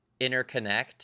interconnect